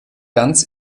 ganz